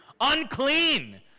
unclean